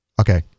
okay